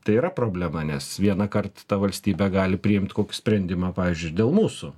tai yra problema nes vienąkart ta valstybė gali priimt kokį sprendimą pavyzdžiui dėl mūsų